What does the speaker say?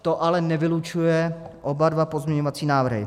To ale nevylučuje oba dva pozměňovací návrhy.